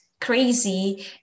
crazy